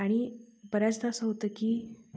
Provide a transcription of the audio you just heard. आणि बऱ्याचदा असं होतं की